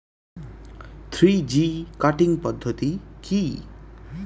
Three G cutting পদ্ধতি কি?